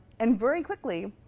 and very quickly,